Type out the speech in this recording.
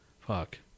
Fuck